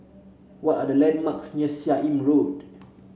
what are the landmarks near Seah Im Road